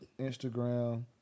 Instagram